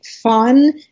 fun